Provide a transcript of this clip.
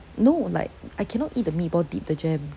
no like I cannot eat the meatball dip the jam